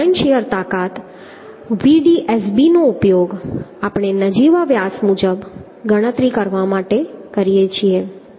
આ design shear તાકાત Vdsb નો ઉપયોગ આપણે નજીવા વ્યાસ મુજબ ગણતરી કરવા માટે કરીએ છીએ